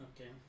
Okay